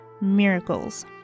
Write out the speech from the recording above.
Miracles